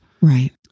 Right